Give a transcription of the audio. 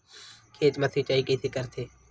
खेत मा सिंचाई कइसे करथे?